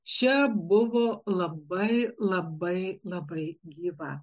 čia buvo labai labai labai gyva